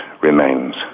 remains